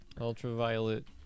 Ultraviolet